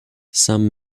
some